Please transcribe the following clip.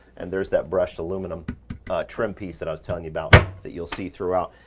and there's that brushed aluminum trim piece that i was telling you about that you'll see throughout,